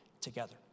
together